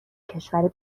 کشور